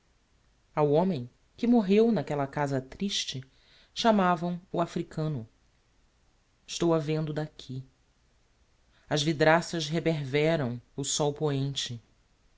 ao homem que morreu n'aquella casa triste chamavam o africano estou a vendo d'aqui as vidraças reberveram o sol poente